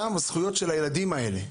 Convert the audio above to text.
הזכויות של הילדים האלה,